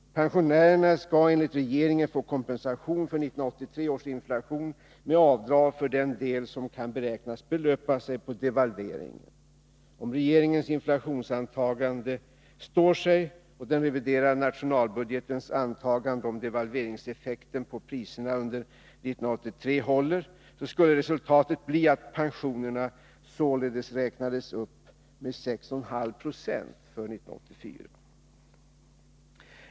Pensionärerna skall enligt regeringen få kompensation för 1983 års inflation med avdrag för den del som kan beräknas belöpa sig på devalveringen. Om regeringens inflationsantagande står sig och den reviderade nationalbudgetens antagan de om devalveringseffekten på priserna under 1983 håller, skulle resultatet bli att pensionerna således räknades upp med 6,5 96 för 1984.